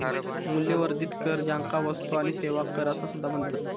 मूल्यवर्धित कर, ज्याका वस्तू आणि सेवा कर असा सुद्धा म्हणतत